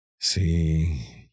see